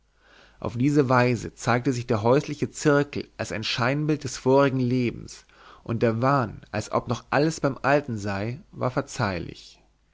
auf diese weise zeigte sich der häusliche zirkel als ein scheinbild des vorigen lebens und der wahn als ob noch alles beim alten sei war verzeihlich